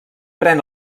pren